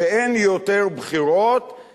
שאין יותר בחירות,